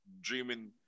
dreaming